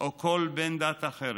או כל בן דת אחרת.